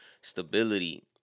stability